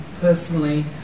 personally